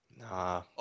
Nah